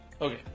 Okay